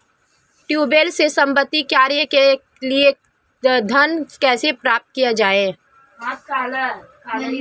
Tubewell से संबंधित कार्य के लिए ऋण कैसे प्राप्त किया जाए?